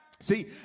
See